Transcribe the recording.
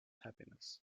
happiness